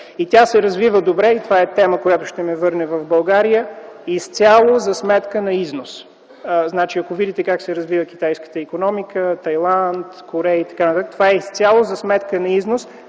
и тя се развива добре, и това е тема, която ще ни върне в България, изцяло за сметка на износ. Ако видите как се развива китайската икономика, икономиката на Тайланд, Корея и т.н., това е изцяло за сметка на износ